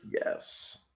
Yes